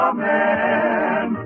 Amen